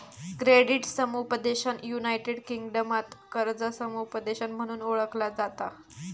credit समुपदेशन United किंगडमात कर्जा समुपदेशन म्हणून ओळखला जाता